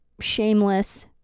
shameless